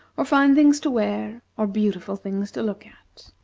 or fine things to wear, or beautiful things to look at.